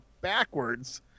backwards